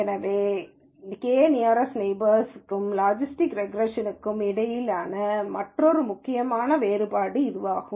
எனவே இது K nearest நெய்பர்ஸ்ற்கும் லாஜிஸ்டிக் ரெக்ரேஷன் ற்கும் இடையிலான மற்றொரு முக்கியமான வேறுபாடாகும்